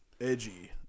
edgy